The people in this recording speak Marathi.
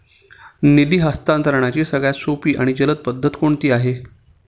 निधी हस्तांतरणाची सगळ्यात सोपी आणि जलद पद्धत कोणती आहे?